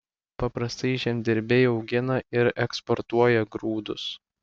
paprastai žemdirbiai augina ir eksportuoja grūdus